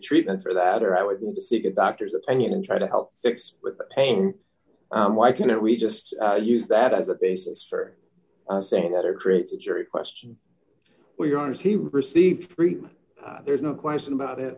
treatment for that or i would need to seek a doctor's opinion and try to help fix pain why can't we just use that as a basis for saying that it creates a jury question where is he received treatment there's no question about it